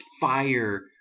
fire